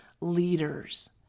leaders